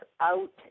out